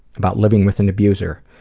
about living with an abuser.